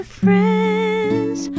friends